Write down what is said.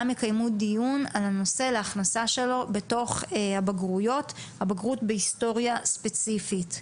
יקיימו דיון על הכנסת הנושא בתוך הבגרויות בבגרות בהיסטוריה ספציפית.